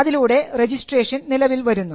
അതിലൂടെ രജിസ്ട്രേഷൻ നിലവിൽ വരുന്നു